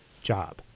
job